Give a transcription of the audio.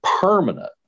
permanent